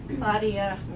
Claudia